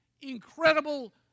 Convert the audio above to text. incredible